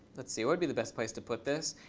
let's see. what would be the best place to put this?